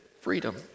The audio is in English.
freedom